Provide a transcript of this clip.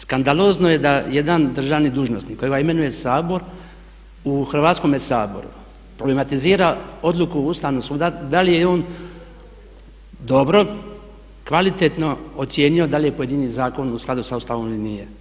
Skandalozno je da jedan državni dužnosnik kojega imenuje Sabor u Hrvatskome saboru problematizira odluku Ustavnog suda da li je on dobro, kvalitetno ocijenio da li je pojedini zakon u skladu sa Ustavom ili nije.